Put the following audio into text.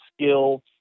skill